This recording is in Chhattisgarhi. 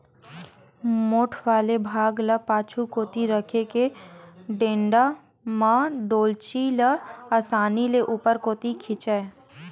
मोठ वाले भाग ल पाछू कोती रखे के टेंड़ा म डोल्ची ल असानी ले ऊपर कोती खिंचय